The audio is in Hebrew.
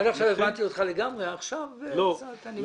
עד עכשיו הבנתי אותך לגמרי ועכשיו אני קצת מתקשה.